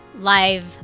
live